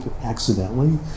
accidentally